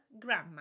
grandma